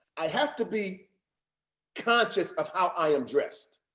i have to be conscious of how i am dressed.